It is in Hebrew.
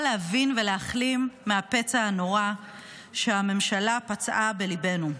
להבין ולהחלים מהפצע הנורא שהממשלה פצעה בלבנו.